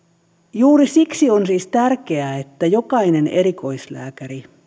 juuri siksi on siis tärkeää että jokainen erikoislääkäri